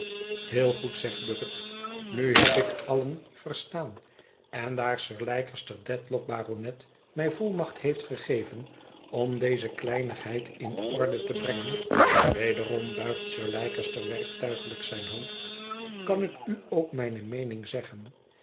heel goed zegt bucket nu heb ik u allen verstaan en daar sir leicester dedlock baronet mij volmacht heeft gegeven om deze kleinigheid in orde te brengen wederom buigt sir leicester werktuiglijk zijn hoofd kan ik u ook mijne meening zeggen